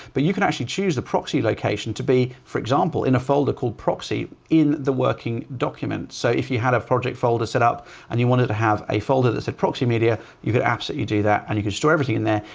but you can actually choose the proxy location to be for example, in a folder called proxy in the working documents. so if you had a project folder set up and you wanted to have a folder that said proxy media you could absolutely do that. and you can store everything in there.